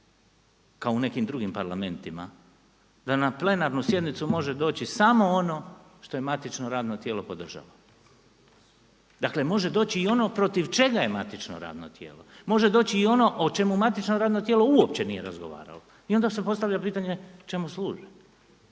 kao u nekim drugim parlamentima da na plenarnu sjednicu može doći samo ono što je matično radno tijelo podržalo. Dakle može doći i ono protiv čega je matično radno tijelo, može doći i ono o čemu matično radno tijelo uopće nije razgovaralo i onda se postavlja pitanje čemu služi.